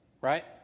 right